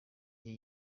jye